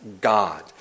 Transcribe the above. God